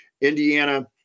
Indiana